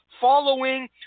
following